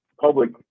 public